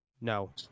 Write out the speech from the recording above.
No